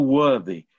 worthy